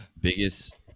Biggest